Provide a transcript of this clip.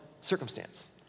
circumstance